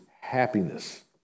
happiness